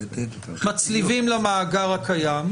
מצליבים למאגר הקיים,